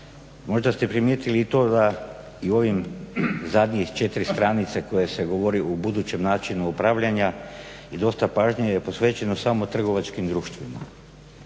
možda ste primijetili i to da i u ovih zadnjih 4 stranice koje se govori u budućem načinu upravljanja i dosta pažnje je posvećeno samo trgovačkim društvima.